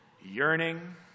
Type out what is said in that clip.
yearning